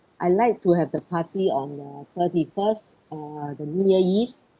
I like to have the party on uh thirty first uh the new year eve